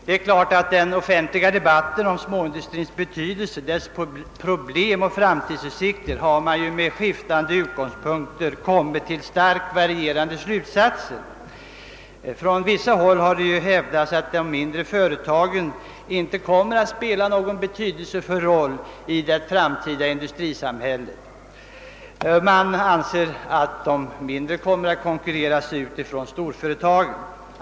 Det är klart att man i den offentliga debatten om småindustrins betydelse, dess problem och framtidsutsikter med skiftande utgångspunkter kommit till starkt varierande slutsatser. Från vissa håll har det hävdats att de mindre företagen inte kommer att spela någon betydelsefull roll i det framtida industrisamhället. Vissa anser att de mindre företagen kommer att konkurreras ut av storföretagen.